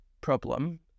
problem